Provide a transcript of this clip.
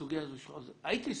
הייתי שר.